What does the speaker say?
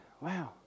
Wow